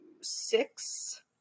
six